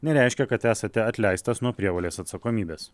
nereiškia kad esate atleistas nuo prievolės atsakomybės